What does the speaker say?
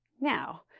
Now